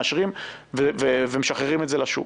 מאשרים ומשחררים את זה לשוק.